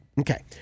Okay